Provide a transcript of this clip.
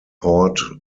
port